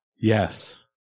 Yes